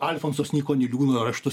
alfonsos nyko niliūno raštus